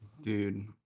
Dude